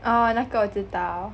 oh 那个我知道